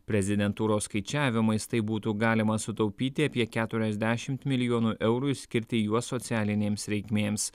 prezidentūros skaičiavimais taip būtų galima sutaupyti apie keturiasdešimt milijonų eurų skirti juos socialinėms reikmėms